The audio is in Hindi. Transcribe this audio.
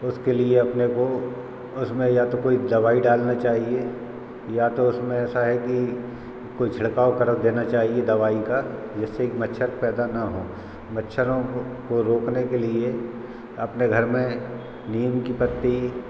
उसके लिए अपने को उसमें या तो कोई दवाई डालना चाहिए या तो उसमें ऐसा है कि कोई छिड़काव कर देना चाहिये दवाई का जिससे कि मच्छर पैदा न हों मच्छरों को रोकने के लिए अपने घर में नीम कि पत्ती